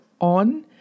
on